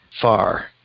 far